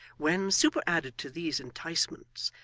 when, superadded to these enticements,